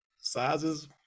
sizes